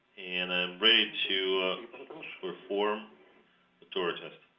and i'm ready to perform the door test.